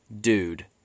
dude